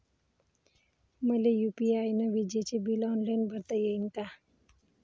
मले यू.पी.आय न विजेचे बिल ऑनलाईन भरता येईन का?